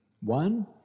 One